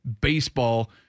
baseball